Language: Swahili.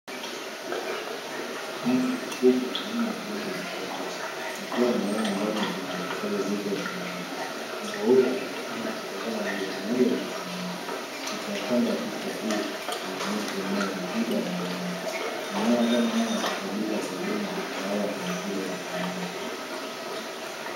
Mbwa mkubwa aina ya Jemacksheveni akiwa amelala ndani ya kibanda chake kipya cha mbao. mbwa huyo anaonekana akitazama moja kwa moja kwenye kamela licha ya kwamba picha hii haionesha eneo la tiba ya wanyama. Wanyama kama hawakubadilika kwa huduma za wanyama.